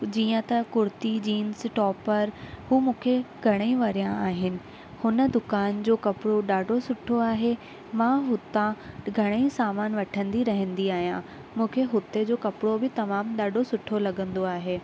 जीअं त कुर्ती जींस टॉपर हूअ मूंखे घणेई वणिया आहिनि हुन दुकानु जो कपिड़ो ॾाढो सुठो आहे मां हुतां घणेई सामान वठंदी रहंदी आहियां मूंखे हुते जो कपिड़ो बि तमामु ॾाढो सुठो लॻंदो आहे